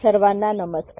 सर्वांना नमस्कार